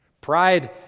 Pride